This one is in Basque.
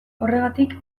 horregatik